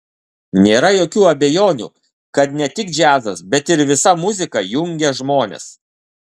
nėra jokių abejonių kad ne tik džiazas bet ir visa muzika jungia žmonės